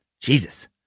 Jesus